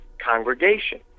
congregation